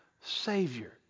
Savior